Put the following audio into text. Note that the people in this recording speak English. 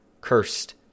Cursed